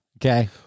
Okay